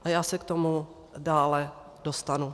A já se k tomu dále dostanu.